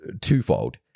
twofold